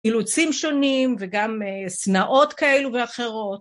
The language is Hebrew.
הילוצים שונים וגם סנאות כאלו ואחרות.